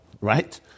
right